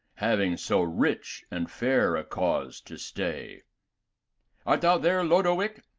having so rich and fair a cause to stay art thou there, lodowick?